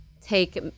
take